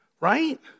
right